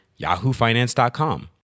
yahoofinance.com